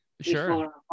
Sure